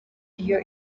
iyo